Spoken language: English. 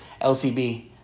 LCB